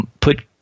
put